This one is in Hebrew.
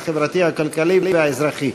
החברתי והאזרחי.